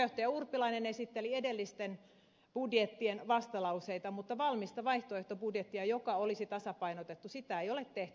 puheenjohtaja urpilainen esitteli edellisten budjettien vastalauseita mutta valmista vaihtoehtobudjettia joka olisi tasapainotettu ei ole tehty